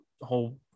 whole